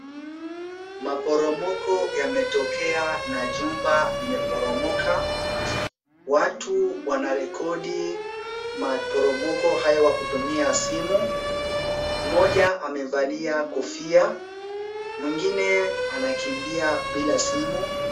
Maporomoko yametokea na jumba limeporomoka. Watu wanarekodi maporomoko hayo kwa kutumia simu. Mmoja amevalia kofia. Mwingine anakimbia bila simu.